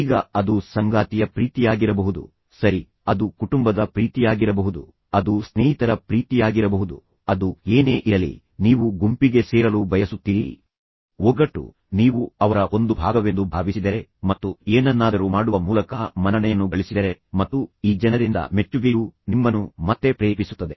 ಈಗ ಅದು ಸಂಗಾತಿಯ ಪ್ರೀತಿಯಾಗಿರಬಹುದು ಸರಿ ಅದು ಕುಟುಂಬದ ಪ್ರೀತಿಯಾಗಿರಬಹುದು ಅದು ಸ್ನೇಹಿತರ ಪ್ರೀತಿಯಾಗಿರಬಹುದು ಅದು ಏನೇ ಇರಲಿ ನೀವು ಗುಂಪಿಗೆ ಸೇರಲು ಬಯಸುತ್ತೀರಿ ಒಗ್ಗಟ್ಟು ಆದ್ದರಿಂದ ನೀವು ಅವರ ಒಂದು ಭಾಗವೆಂದು ನೀವು ಭಾವಿಸಿದರೆ ಮತ್ತು ನಂತರ ಏನನ್ನಾದರೂ ಮಾಡುವ ಮೂಲಕ ಮನ್ನಣೆ ಅಥವಾ ಮನ್ನಣೆಯನ್ನು ಗಳಿಸಿದರೆ ಮತ್ತು ನಂತರ ಈ ಜನರಿಂದ ಮೆಚ್ಚುಗೆಯು ನಿಮ್ಮನ್ನು ಮತ್ತೆ ಪ್ರೇರೇಪಿಸುತ್ತದೆ